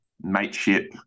mateship